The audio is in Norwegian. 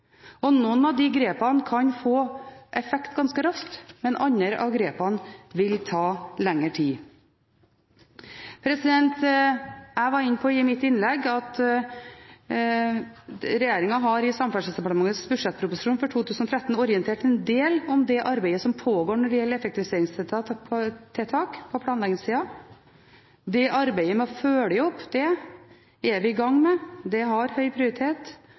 Noen av de grepene kan få effekt ganske raskt, men andre av dem vil ta lengre tid. I mitt innlegg var jeg inne på at regjeringen i Samferdselsdepartementets budsjettproposisjon for 2013 har orientert en del om det arbeidet som pågår når det gjelder effektiviseringstiltak på planleggingssiden. Arbeidet med å følge opp det er vi i gang med. Det har høy prioritet.